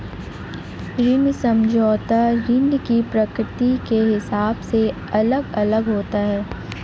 ऋण समझौता ऋण की प्रकृति के हिसाब से अलग अलग होता है